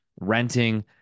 renting